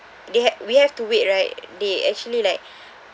they ha~ we have to wait right they actually like